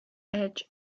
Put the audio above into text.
edge